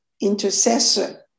intercessor